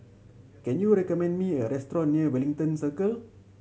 can you recommend me a restaurant near Wellington Circle